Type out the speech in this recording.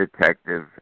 detective